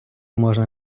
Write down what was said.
можна